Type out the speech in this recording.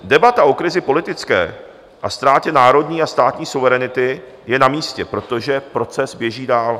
Debata o krizi politické a ztrátě národní a státní suverenity je na místě, protože proces běží dál.